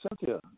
Cynthia